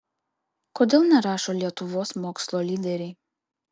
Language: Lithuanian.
kodėl nerašo lietuvos mokslo lyderiai